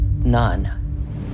None